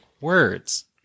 words